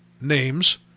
names